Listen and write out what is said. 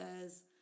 says